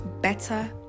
better